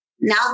now